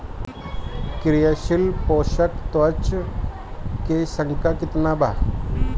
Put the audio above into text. क्रियाशील पोषक तत्व के संख्या कितना बा?